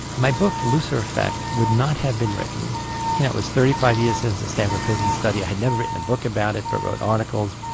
my book the lucifer effect would not have been written. you know it was thirty five years since the stanford prison study, i had never written a book about it, but wrote articles.